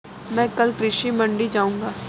मैं कल कृषि मंडी जाऊँगा